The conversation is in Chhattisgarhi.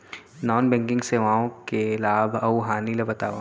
नॉन बैंकिंग सेवाओं के लाभ अऊ हानि ला बतावव